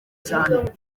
cyane